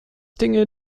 dinge